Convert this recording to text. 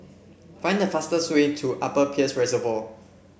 find the fastest way to Upper Peirce Reservoir